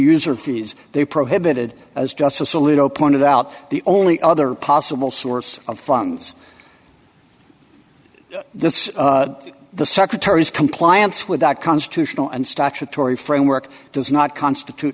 user fees they prohibited as justice alito pointed out the only other possible source of funds this the secretary's compliance with that constitutional and statutory framework does not constitute